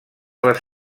les